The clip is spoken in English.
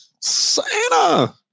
Santa